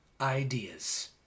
ideas